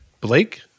Blake